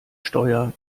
steuer